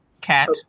cat